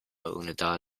unidad